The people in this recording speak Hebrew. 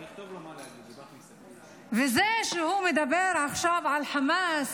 זה שהוא מדבר עכשיו על חמאס,